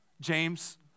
James